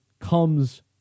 comes